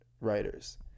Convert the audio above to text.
writers